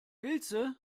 pilze